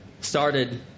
started